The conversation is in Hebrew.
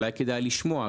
אולי כדאי לשמוע,